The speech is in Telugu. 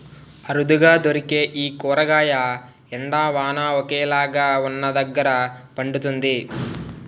అరుదుగా దొరికే ఈ కూరగాయ ఎండ, వాన ఒకేలాగా వున్నదగ్గర పండుతుంది